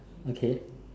okay